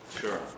Sure